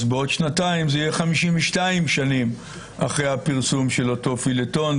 אז בעוד שנתיים זה יהיה 52 שנתיים אחרי הפרסום של אותו פיליטון,